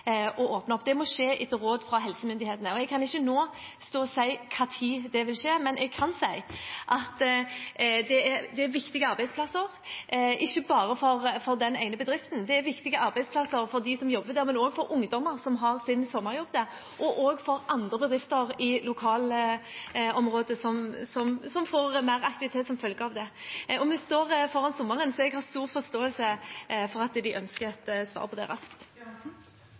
åpne opp. Det må skje etter råd fra helsemyndighetene, og jeg kan ikke nå stå og si når det vil skje. Men jeg kan si at dette er viktige arbeidsplasser, og ikke bare for den ene bedriften. Dette er viktige arbeidsplasser for dem som jobber der, men også for ungdommer som har sin sommerjobb der, og for andre bedrifter i lokalområdet, som får mer aktivitet som følge av det. Vi står nå foran sommeren, så jeg har stor forståelse for at de ønsker et svar på dette raskt.